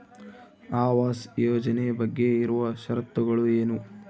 ಆವಾಸ್ ಯೋಜನೆ ಬಗ್ಗೆ ಇರುವ ಶರತ್ತುಗಳು ಏನು?